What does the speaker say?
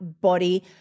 body